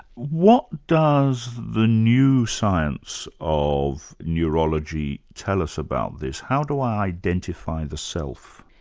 what does the new science of neurology tell us about this? how do i identify the self?